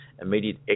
immediate